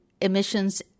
emissions